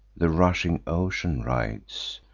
the rushing ocean rides.